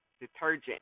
Detergent